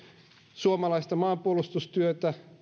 suomalaista maanpuolustustyötä